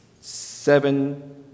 seven